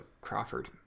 Crawford